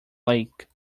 lake